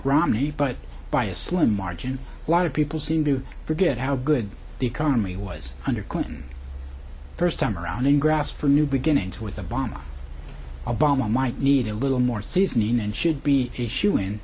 romney but by a slim margin a lot of people seem to forget how good the economy was under clinton first time around in grass for new beginnings with a bomb obama might need a little more seasoning and should be